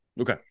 Okay